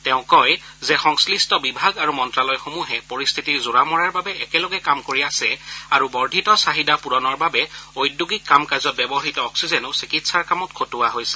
তেওঁ কয় যে সংমিষ্ট বিভাগ আৰু মন্ত্ৰালয়সমূহে পৰিস্থিতিৰ জোৰা মৰাৰ বাবে একেলগে কাম কৰি আছে আৰু বৰ্ধিত চাহিদা পূৰণৰ বাবে ঔদ্যোগিক কাম কাজত ব্যৱহৃত অক্সিজেনো চিকিৎসাৰ কামত খটূওৱা হৈছে